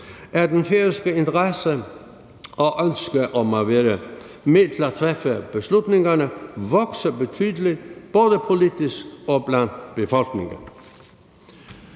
er den færøske interesse for og ønske om at være med til at træffe beslutningerne vokset betydeligt, både politisk og i befolkningen.